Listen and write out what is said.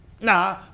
nah